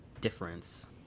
difference